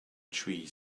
tree